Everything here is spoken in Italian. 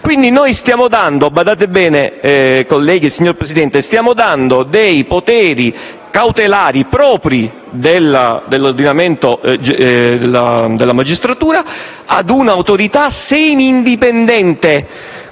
Quindi, stiamo dando - badate bene, colleghi, signor Presidente - poteri cautelari propri della magistratura a un'autorità semi-indipendente,